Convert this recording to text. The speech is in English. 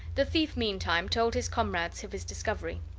the thief, meantime, told his comrades of his discovery.